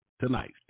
tonight